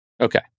Okay